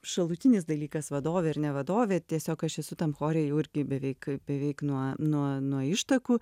šalutinis dalykas vadovė ar ne vadovė tiesiog aš esu tam chore jau irgi beveik beveik nuo nuo nuo ištakų